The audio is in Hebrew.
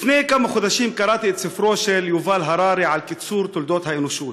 לפני כמה חודשים קראתי את ספרו של יובל הררי "קיצור תולדות האנושות",